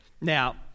Now